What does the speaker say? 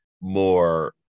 more